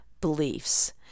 beliefs